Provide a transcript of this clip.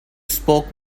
spoke